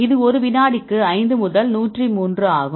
இது ஒரு வினாடிக்கு 5 முதல் 103 ஆகும்